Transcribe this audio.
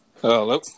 Hello